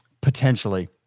potentially